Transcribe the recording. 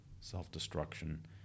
self-destruction